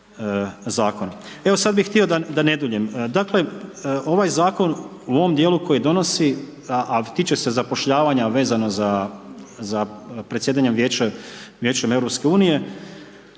Evo sada bih htio da ne duljim, dakle ovaj zakon u ovom dijelu koji donosi a tiče se zapošljavanja vezano za predsjedanjem Vijećem EU,